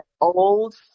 old